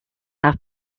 have